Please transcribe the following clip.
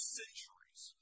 centuries